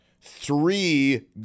Three